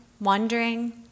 wondering